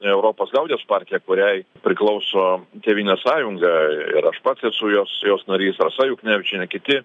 europos liaudies partija kuriai priklauso tėvynės sąjunga ir aš pats esu jos jos narys rasa juknevičienė kiti